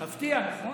מפתיע, נכון?